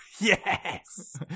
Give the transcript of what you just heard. Yes